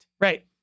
Right